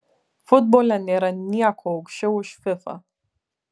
futbole nėra nieko aukščiau už fifa